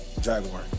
Jaguar